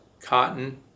cotton